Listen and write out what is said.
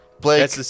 Blake